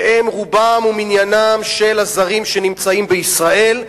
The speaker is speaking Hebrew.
שהם רוב מניינם של הזרים שנמצאים בישראל,